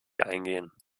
eingehen